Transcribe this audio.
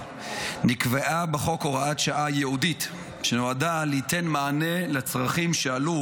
נקבעה בחוק הוראת שעה ייעודית שנועדה ליתן מענה לצרכים שעלו